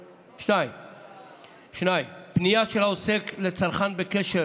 2. פנייה של עוסק לצרכן בקשר